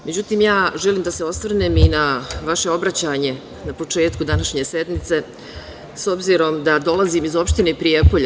Međutim, ja želim da se osvrnem na vaše obraćanje na početku današnje sednice, s obzirom da dolazim iz opštine Prijepolje.